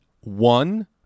one